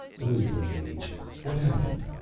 the wisdom of age. what happened?